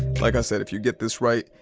like i said if you get this right,